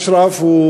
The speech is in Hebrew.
אשרף,